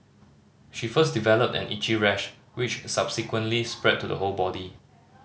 she first developed an itchy rash which subsequently spread to the whole body